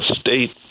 state